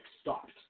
stopped